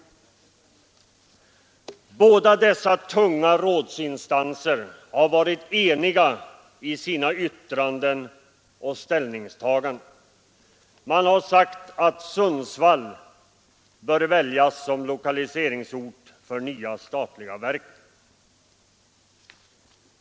Båda dessa tunga rådsinstanser har varit eniga i sina yttranden och ställningstaganden. Man har sagt att Sundsvall bör väljas som lokaliseringsort för det nya statliga verket.